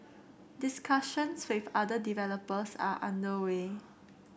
discussions with other developers are under way